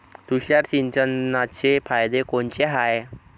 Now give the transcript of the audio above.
तुषार सिंचनाचे फायदे कोनचे हाये?